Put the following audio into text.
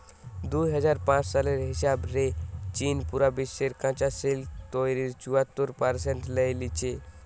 দুই হাজার পাঁচ সালের হিসাব রে চীন পুরা বিশ্বের কাচা সিল্ক তইরির চুয়াত্তর পারসেন্ট লেই লিচে